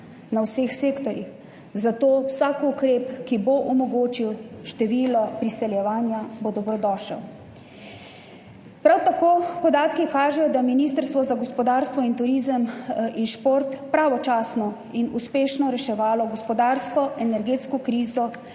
v vseh sektorjih, zato bo vsak ukrep, ki bo omogočil število priseljevanja, dobrodošel. Prav tako podatki kažejo, da je Ministrstvo za gospodarstvo, turizem in šport pravočasno in uspešno reševalo gospodarsko energetsko krizo